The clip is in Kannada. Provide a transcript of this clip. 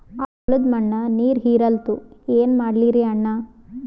ಆ ಹೊಲದ ಮಣ್ಣ ನೀರ್ ಹೀರಲ್ತು, ಏನ ಮಾಡಲಿರಿ ಅಣ್ಣಾ?